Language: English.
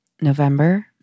November